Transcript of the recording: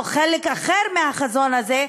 או חלק אחר מהחזון הזה,